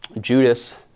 Judas